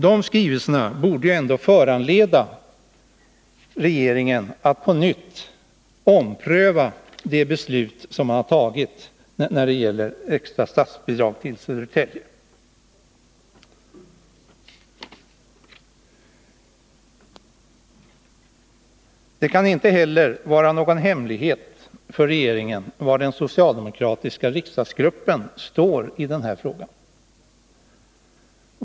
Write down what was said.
Dessa skrivelser borde föranleda regeringen att ompröva det beslut man har fattat när det gäller extra statsbidrag till Södertälje. Det kan inte heller vara någon hemlighet för regeringen var den socialdemokratiska riksdagsgruppen står i den här frågan.